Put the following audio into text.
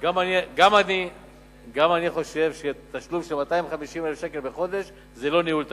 גם אני חושב שתשלום של 250,000 שקלים בחודש זה לא ניהול תקין.